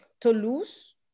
Toulouse